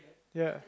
ya